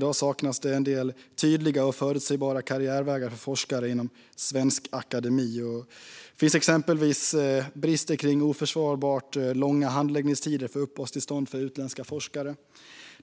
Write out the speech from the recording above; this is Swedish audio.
Det saknas i dag tydliga och förutsägbara karriärvägar för forskare inom svensk akademi. Exempelvis är det oförsvarbart långa handläggningstider för uppehållstillstånd för utländska forskare.